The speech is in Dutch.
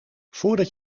voordat